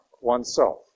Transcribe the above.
oneself